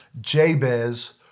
Jabez